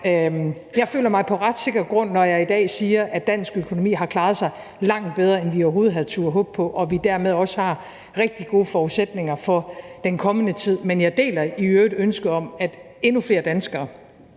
Jeg føler mig på ret sikker grund, når jeg i dag siger, at dansk økonomi har klaret sig langt bedre, end vi overhovedet havde turdet håbe på, og at vi dermed også har rigtig gode forudsætninger for den kommende tid. Men jeg deler i øvrigt ønsket om, at endnu flere danskere